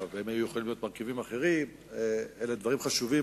ואם היו יכולים להיות מרכיבים אחרים אלה דברים חשובים,